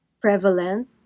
prevalent